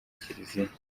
kiliziya